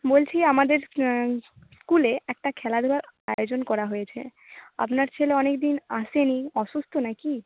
বলছি আমাদের স্কুলে একটা খেলাধুলার আয়োজন করা হয়েছে আপনার ছেলে অনেক দিন আসেনি অসুস্থ নাকি